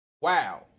Wow